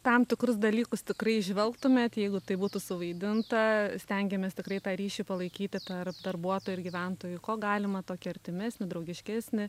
tam tikrus dalykus tikrai įžvelgtumėt jeigu tai būtų suvaidinta stengiamės tikrai tą ryšį palaikyti tarp darbuotojų ir gyventojų kuo galima tokį artimesnį draugiškesnį